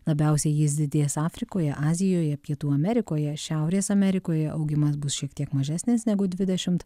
labiausiai jis didės afrikoje azijoje pietų amerikoje šiaurės amerikoje augimas bus šiek tiek mažesnis negu dvidešimt